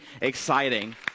exciting